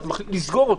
תסגור אותו,